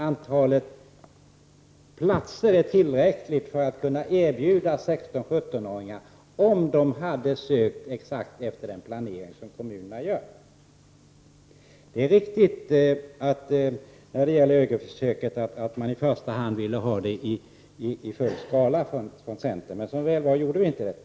Antalet platser skulle emellertid räcka för gruppen 16-17-åringar om de sökte exakt efter den planering som kommunerna gör. Det är riktigt att centern i första hand ville ha ÖGY-försöket i full skala. Som väl var genomförde vi inte detta.